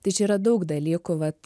tai čia yra daug dalykų vat